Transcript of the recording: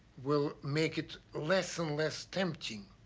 will make it less and less tempting.